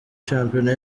shampiyona